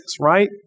right